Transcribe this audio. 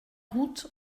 route